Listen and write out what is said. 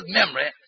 memory